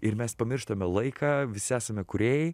ir mes pamirštame laiką visi esame kūrėjai